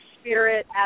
spirit